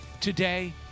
today